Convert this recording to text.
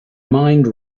mind